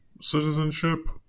citizenship